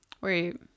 wait